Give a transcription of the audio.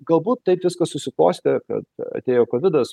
galbūt taip viskas susiklostė kad atėjo kovidas